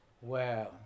wow